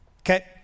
Okay